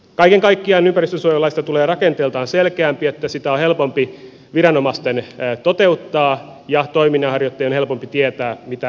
kaiken kaikkiaan ympäristönsuojelulaista tulee rakenteeltaan selkeämpi niin että sitä on helpompi viranomaisten toteuttaa ja toiminnanharjoittajien helpompi tietää mitä heiltä edellytetään